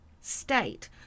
state